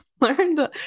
learned